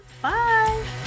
Bye